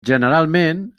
generalment